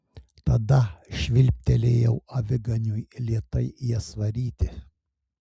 tada švilptelėjau aviganiui lėtai jas varyti